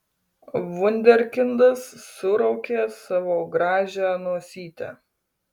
vunderkindas suraukė savo gražią nosytę